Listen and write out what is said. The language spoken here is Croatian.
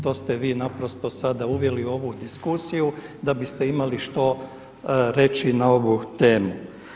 To ste vi naprosto sada uveli u ovu diskusiju da biste imali što reći na ovu temu.